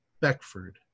Beckford